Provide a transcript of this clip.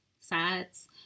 Sides